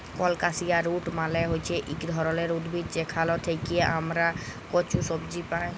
colocasia root মালে হচ্যে ইক ধরলের উদ্ভিদ যেখাল থেক্যে হামরা কচু সবজি পাই